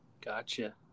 Gotcha